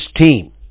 team